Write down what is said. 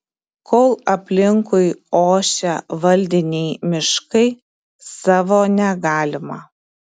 kol aplinkui ošia valdiniai miškai savo negalima